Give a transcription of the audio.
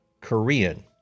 Korean